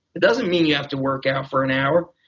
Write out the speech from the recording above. it doesn't mean you have to work out for an hour.